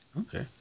Okay